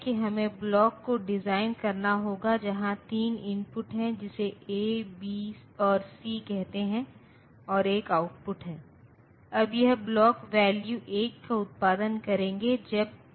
और जब हम इस बाइनरी नंबर सिस्टम के बारे में बात कर रहे हैं तो इस ऋणात्मक संख्या को 2 अलग अलग तरीकों से नियंत्रित किया जाता है